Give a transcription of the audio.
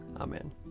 Amen